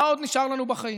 מה עוד נשאר לנו בחיים?